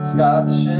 Scotch